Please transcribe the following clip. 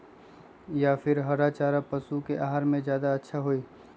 या फिर हरा चारा पशु के आहार में ज्यादा अच्छा होई?